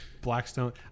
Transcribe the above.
Blackstone